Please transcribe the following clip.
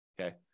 okay